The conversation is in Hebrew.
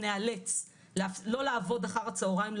ניאלץ לא לעבוד אחר הצהריים,